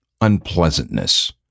unpleasantness